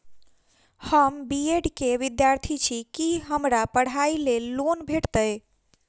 हम B Ed केँ विद्यार्थी छी, की हमरा पढ़ाई लेल लोन भेटतय?